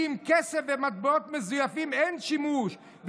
כי בכסף ומטבעות מזויפים אין שימוש,